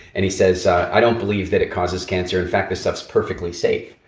and he says, i don't believe that it causes cancer. in fact, this stuff's perfectly safe.